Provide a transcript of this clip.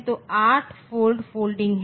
तो 8 fold folding है